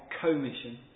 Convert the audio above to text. commission